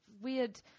weird